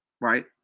right